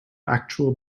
actual